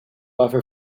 offer